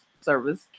service